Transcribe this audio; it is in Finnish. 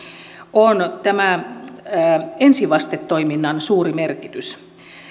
on ensivastetoiminnan suuri merkitys